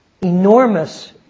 enormous